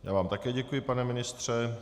Já vám také děkuji, pane ministře.